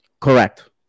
Correct